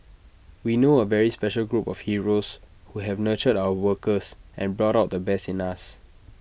we know A very special group of heroes who have nurtured our workers and brought out the best in us